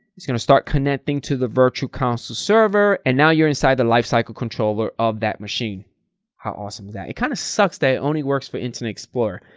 it's going to start connecting to the virtual console server and now you're inside the lifecycle controller of that machine how awesome is that, it kind of sucks that only works for internet explorer.